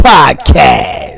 Podcast